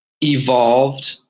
evolved